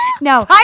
No